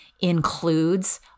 includes